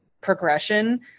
progression